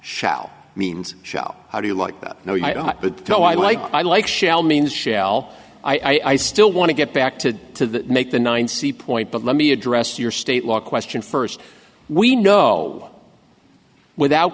shall means show how do you like that but still i like shell means shell i still want to get back to to make the ninth see point but let me address your state law question first we know without